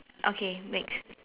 okay next